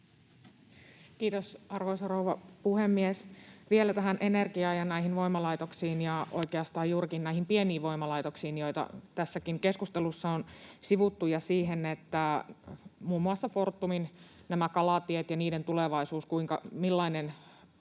Kiitos, arvoisa rouva puhemies! Vielä tähän energiaan ja näihin voimalaitoksiin ja oikeastaan juurikin näihin pieniin voimalaitoksiin, joita tässäkin keskustelussa on sivuttu, ja muun muassa näihin Fortumin kalateihin ja niiden tulevaisuuteen: millainen